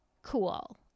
Cool